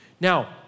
Now